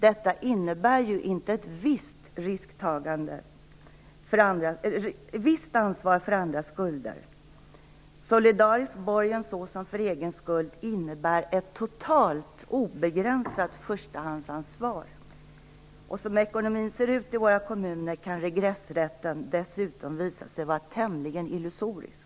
Detta innebär ju inte ett visst ansvar för andras skulder. Solidarisk borgen såsom för egen skuld innebär ett totalt obegränsat förstahandsansvar. Som ekonomin ser ut i våra kommuner kan regressrätten dessutom visa sig vara tämligen illusorisk.